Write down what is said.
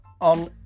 on